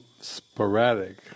sporadic